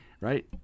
Right